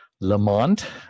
Lamont